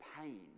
pain